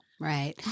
Right